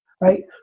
right